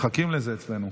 מחכים לזה אצלנו.